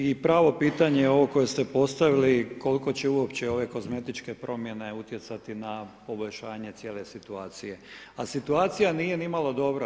I pravo pitanje je ovo koje ste postavili koliko će uopće ove kozmetičke promjene utjecati na poboljšanje cijele situacije, a situacija nije ni malo dobra.